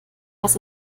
was